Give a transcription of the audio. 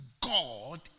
God